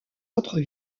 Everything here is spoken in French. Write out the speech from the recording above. autres